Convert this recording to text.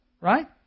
Right